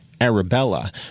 Arabella